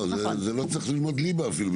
בשביל זה אפילו לא צריך ללמוד ליבה.